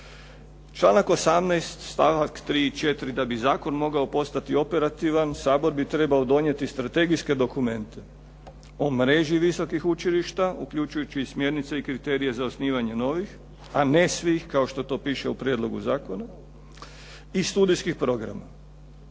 Članak 18. stavak 3., 4., da bi zakon trebao postati operativan Sabor bi trebao donijeti strategijske dokumente o mreži visokih učilišta uključujući i smjernice i kriterije za osnivanje novih a ne svih kao što to piše u prijedlogu zakona i studijskih programa.